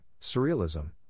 surrealism